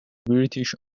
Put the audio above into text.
british